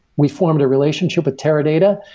we formed a relationship with teradata.